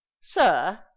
sir